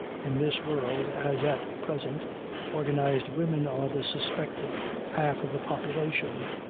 in this world as at present organized women are the suspected half of the population.